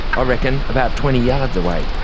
ah reckon about twenty yards away.